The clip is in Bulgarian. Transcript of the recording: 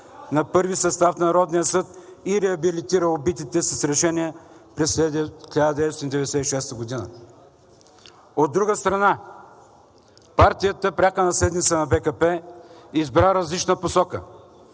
на първи състав на Народния съд и реабилитира убитите с решение през 1996 г. От друга страна, партията, пряка наследница на БКП, избра различна посока.